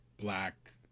black